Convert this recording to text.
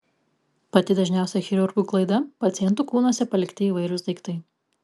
pati dažniausia chirurgų klaida pacientų kūnuose palikti įvairūs daiktai